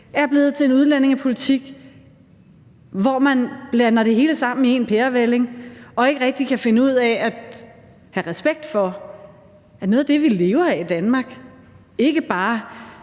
er blevet til en udlændingepolitik, hvor man blander det hele sammen i én pærevælling og ikke rigtig kan finde ud af at have respekt for, at noget af det, som vi lever af i Danmark, ikke bare